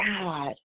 God